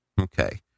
Okay